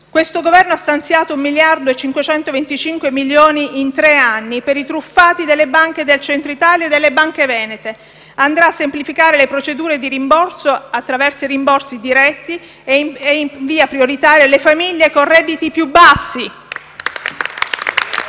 Questo Governo ha stanziato 1,525 miliardi in tre anni per i truffati dalle banche del Centro Italia e delle banche venete, andrà a semplificare le procedure di rimborso attraverso i rimborsi diretti e, in via prioritaria, le famiglie con redditi più bassi.